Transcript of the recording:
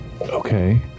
okay